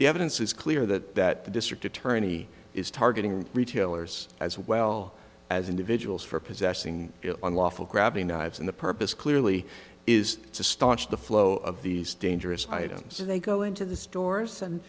the evidence is clear that that the district attorney is targeting retailers as well as individuals for possessing unlawful grabbing knives in the purpose clearly is to staunch the flow of these dangerous items and they go into the stores and